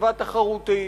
רכיבה תחרותית.